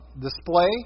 display